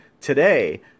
today